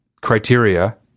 criteria